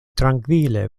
trankvile